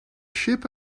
ship